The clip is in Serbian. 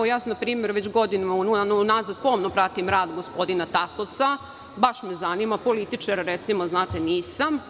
Ja, na primer, već unazad godinu dana pomno pratim rad gospodina Tasovca, baš me zanima, apolitičare recimo nisam.